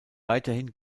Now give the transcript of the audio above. weiterhin